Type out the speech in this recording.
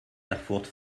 erfurt